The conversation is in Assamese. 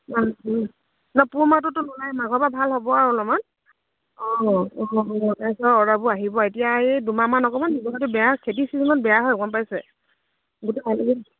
অঁ অঁ পুহমাহটোতো নায়েই মাঘৰপৰা ভাল হ'ব আৰু অলমান অঁ অঁ অঁ তাৰপাছত অৰ্ডাৰাবোৰ আহিব এতিয়া এই দুমাহমান অকমান ব্যৱসায়টো বেয়া খেতি চিজনত বেয়া হয় গম পাইছে গোটেই মানুহবোৰ